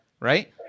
right